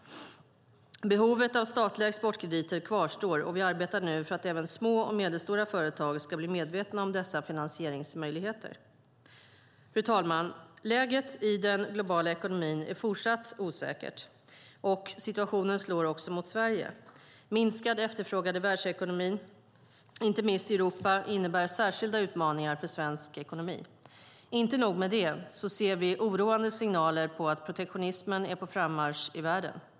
Behovet av statliga exportkrediter kvarstår, och vi arbetar nu för att även små och medelstora företag ska bli medvetna om dessa finansieringsmöjligheter. Fru talman! Läget i den globala ekonomin är fortsatt osäkert, och situationen slår också mot Sverige. Minskad efterfrågan i världsekonomin, inte minst i Europa, innebär särskilda utmaningar för svensk ekonomi. Inte nog med det, vi ser oroande signaler på att protektionismen är på frammarsch i världen.